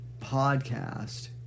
podcast